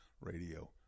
radio